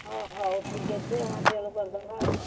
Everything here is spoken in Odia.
ହ ହଉ ଠିକ୍ଅଛି ଆଉ ମାଟିଆଳୁ କରିଦେବା ଆଉ